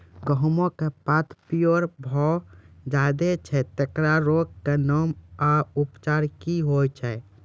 गेहूँमक पात पीअर भअ जायत छै, तेकरा रोगऽक नाम आ उपचार क्या है?